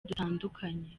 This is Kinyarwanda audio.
dutandukanye